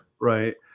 Right